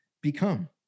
become